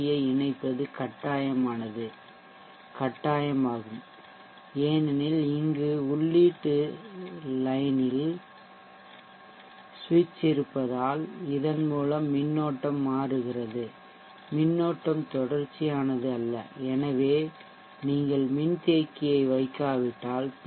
யை இணைப்பது கட்டாயமானது கட்டாயமாகும் ஏனெனில் இங்கு உள்ளீட்டு லைன் இல் சுவிட்ச் இருப்பதால் இதன் மூலம் மின்னோட்டம் மாறுகிறது மின்னோட்டம் தொடர்ச்சியானது அல்ல எனவே நீங்கள் மின்தேக்கியை வைக்காவிட்டால் பி